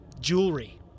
jewelry